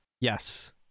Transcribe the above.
yes